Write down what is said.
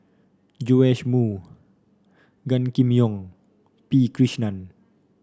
Joash Moo Gan Kim Yong P Krishnan